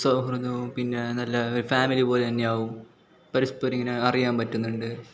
സൗഹൃദവും പിന്നെ നല്ല ഫാമിലി പോലെ തന്നെയാവും പരസ്പരം ഇങ്ങനെ അറിയാൻ പറ്റുന്നുണ്ട്